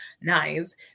Nice